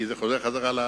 כי זה חוזר לחקלאות.